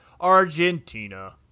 Argentina